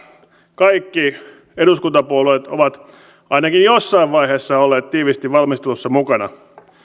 kaikki eduskuntapuolueet ovat ainakin jossain vaiheessa olleet tiiviisti valmistelussa mukana